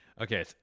Okay